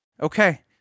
Okay